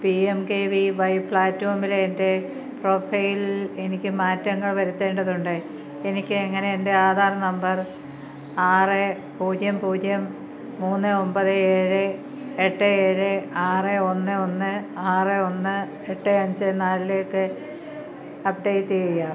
P M K V Y പ്ലാറ്റ്ഫോമിൽ എൻ്റെ പ്രൊഫൈലിൽ എനിക്ക് മാറ്റങ്ങൾ വരുത്തേണ്ടതുണ്ട് എനിക്ക് എങ്ങനെ എൻ്റെ ആധാർ നമ്പർ ആറ് പൂജ്യം പൂജ്യം മൂന്ന് ഒമ്പത് ഏഴ് എട്ട് ഏഴ് ആറ് ഒന്ന് ഒന്ന് ആറ് ഒന്ന് എട്ട് അഞ്ച് നാലിലേക്ക് അപ്ഡേറ്റ് ചെയ്യാം